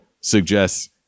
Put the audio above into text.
suggests